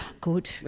good